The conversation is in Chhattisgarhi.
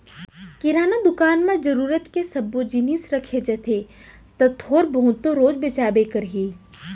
किराना दुकान म जरूरत के सब्बो जिनिस रखे जाथे त थोर बहुत तो रोज बेचाबे करही